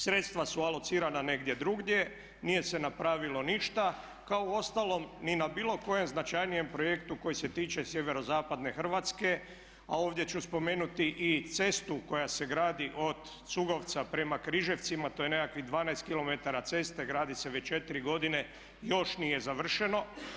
Sredstva su alocirana negdje drugdje, nije se napravilo ništa kao ni uostalom ni na bilo kojem značajnijem projektu koji se tiče sjeverozapadne Hrvatske a ovdje ću spomenuti i cestu koja se gradi od Cugovca prema Križevcima, to je nekakvih 12km ceste, gradi se već 4 godine, još nije završeno.